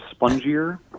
spongier